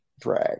drag